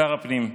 שר הפנים.